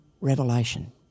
revelation